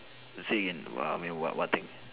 say again what I mean what what thing